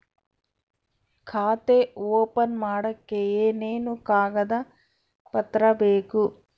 ಖಾತೆ ಓಪನ್ ಮಾಡಕ್ಕೆ ಏನೇನು ಕಾಗದ ಪತ್ರ ಬೇಕು?